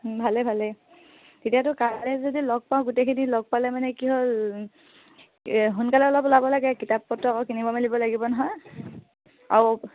ভালেই ভালেই তেতিয়াতো কাইলৈ যদি লগ পাওঁ গোটেইখিনি লগ পালে মানে কি হ'ল সোনকালে অলপ ওলাব লাগে কিতাপ পত্ৰ আকৌ কিনিব মেলিব লাগিব নহয় আৰু